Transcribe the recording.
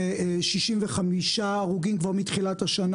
חושב שהיו 364 הרוגים,